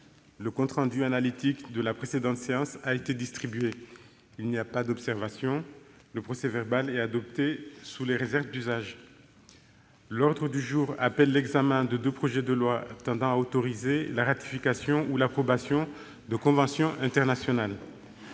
Le compte rendu analytique de la précédente séance a été distribué. Il n'y a pas d'observation ?... Le procès-verbal est adopté sous les réserves d'usage. L'ordre du jour appelle l'examen de deux projets de loi tendant à autoriser la ratification ou l'approbation de conventions internationales.